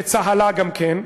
בצהלה גם כן,